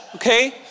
Okay